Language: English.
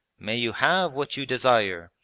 may you have what you desire,